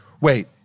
Wait